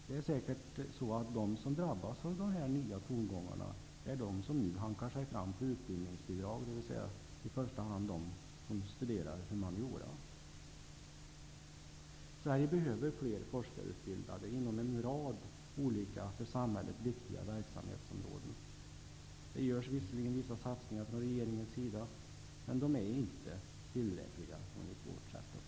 Det är säkert så att de som drabbas av dessa nya tongångar är de som nu hankar sig fram på utbildningsbidrag, dvs. i första hand de som studerar humaniora. Sverige behöver fler forskarutbildade inom en rad olika för samhället viktiga verksamhetsområden. Det görs visserligen vissa satsningar från regeringens sida. Men de är inte tillräckliga enligt vårt sätt att se.